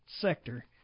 sector